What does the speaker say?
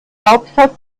hauptstadt